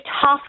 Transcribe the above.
tough